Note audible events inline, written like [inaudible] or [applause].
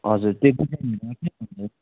हजुर त्यो [unintelligible]